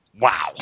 wow